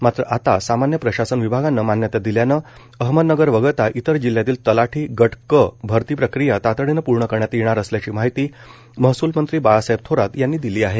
मात्र आता सामान्य प्रशासन विभागाने मान्यता दिल्याने अहमदनगर वगळता इतर जिल्ह्यातील तलाठी गट क भरती प्रक्रिया तातडीने पूर्ण करण्यात येणार असल्याची माहिती महसूल मंत्री बाळासाहेब थोरात यांनी दिली आहे